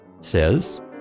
says